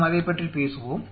நாம் அதைப் பற்றி பேசுவோம்